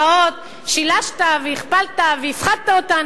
תהפכו אותו לשליש ואז אולי תגיעו למספר הנכון.